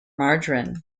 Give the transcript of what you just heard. margarine